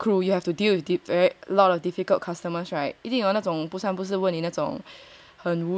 even as cabin crew you have to deal with a lot of difficult customers right 一定有那种不三不四